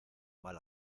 mal